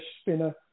spinner